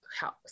help